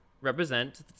represent